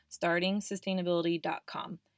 startingsustainability.com